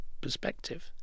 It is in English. perspective